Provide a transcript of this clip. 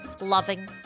loving